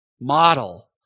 model